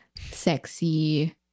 Sexy